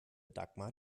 dagmar